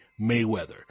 Mayweather